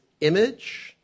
image